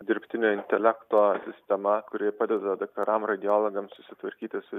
dirbtinio intelekto sistema kuri padeda daktaram radiologam susitvarkyti su